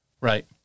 right